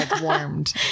warmed